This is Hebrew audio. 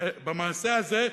במעשה הזה,